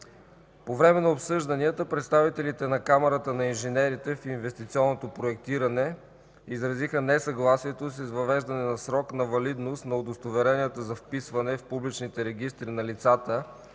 По време на обсъжданията представителите на Камарата на инженерите в инвестиционното проектиране изразиха несъгласието си с въвеждането на срок на валидност на удостоверенията за вписване в публичните регистри на лицата,